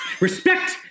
Respect